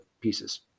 pieces